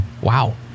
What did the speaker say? Wow